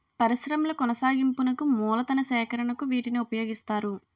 పరిశ్రమల కొనసాగింపునకు మూలతన సేకరణకు వీటిని ఉపయోగిస్తారు